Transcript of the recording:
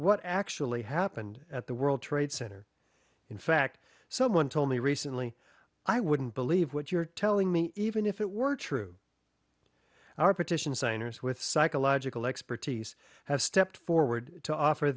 what actually happened at the world trade center in fact someone told me recently i wouldn't believe what you're telling me even if it were true our petition signers with psychological expertise have stepped forward to offer